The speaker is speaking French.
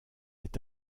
est